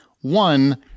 One